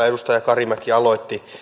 edustaja karimäki aloitti